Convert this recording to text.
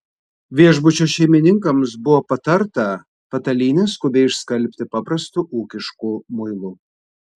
viešbučio šeimininkams buvo patarta patalynę skubiai išskalbti paprastu ūkišku muilu